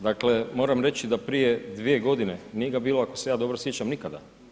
Dakle, moram reći da prije 2 godine, nije ga bilo, ako se ja sjećam nikada.